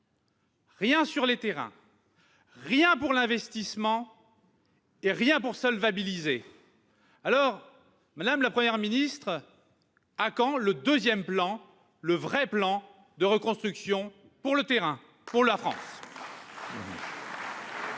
rien sur les terrains, rien pour l'investissement et rien pour solvabiliser. Alors, madame la Première ministre, à quand le second plan, le vrai plan de reconstruction pour la France ?